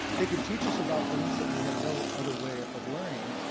they could teach us about things that we have no other way of learning.